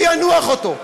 הוא ינוח בו,